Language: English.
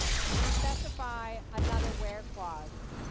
specify another ware clause.